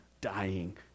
dying